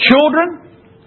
children